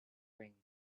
ring